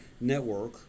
network